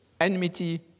enmity